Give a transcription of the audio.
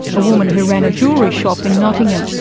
a woman who ran a jewellery shop in nottingham